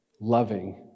Loving